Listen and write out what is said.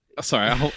sorry